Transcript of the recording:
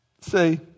say